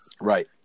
right